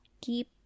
keep